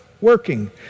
working